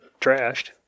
trashed